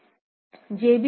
JB X